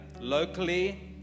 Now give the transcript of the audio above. locally